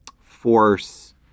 force